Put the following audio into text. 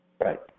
Right